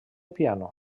piano